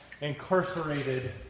incarcerated